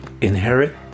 inherit